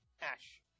Ash